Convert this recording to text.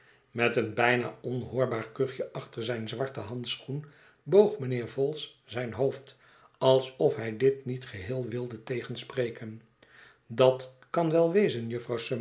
met een bijna onhoorbaar kuchje achter zijn zwarten handschoen boog mijnheer vholes zijn hoofd alsof hij dit niet geheel wilde tegenspreken dat kan wel wezen jufvrouw